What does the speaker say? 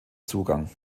zugang